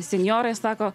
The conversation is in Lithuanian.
senjorai sako